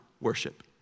worship